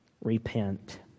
repent